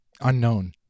Unknown